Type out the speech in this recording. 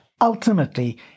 ultimately